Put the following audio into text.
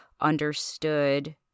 understood